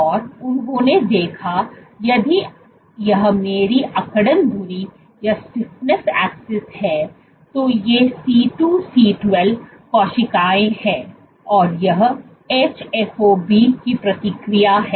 और उन्होंने देखा यदि यह मेरी अकड़न धुरी है तो ये C2C12 कोशिकाएं हैं और यह hFOB की प्रतिक्रिया है